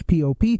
pop